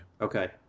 Okay